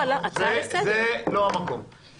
זו הצעה לסדר.